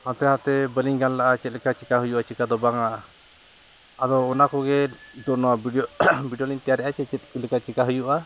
ᱦᱟᱱᱛᱮ ᱱᱟᱛᱮ ᱵᱟᱹᱞᱤᱧ ᱜᱟᱱ ᱞᱟᱜᱼᱟ ᱪᱮᱫ ᱞᱮᱠᱟ ᱪᱤᱠᱟᱹ ᱦᱩᱭᱩᱜᱼᱟ ᱪᱤᱠᱟᱹ ᱫᱚ ᱵᱟᱝᱟ ᱟᱫᱚ ᱚᱱᱟ ᱠᱚᱜᱮ ᱱᱚᱣᱟ ᱵᱷᱤᱰᱭᱳ ᱵᱷᱤᱰᱭᱳᱞᱤᱧ ᱛᱮᱭᱟᱨᱮᱜᱼᱟ ᱪᱮᱫ ᱪᱮᱫ ᱞᱮᱠᱟ ᱪᱤᱠᱟᱹ ᱦᱩᱭᱩᱜᱼᱟ